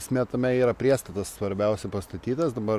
esmė tame yra priestatas svarbiausia pastatytas dabar